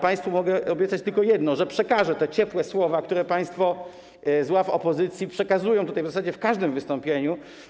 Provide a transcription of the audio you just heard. Państwu mogę obiecać tylko jedno, że przekażę te ciepłe słowa, które państwo z ław opozycji przekazują w zasadzie w każdym wystąpieniu.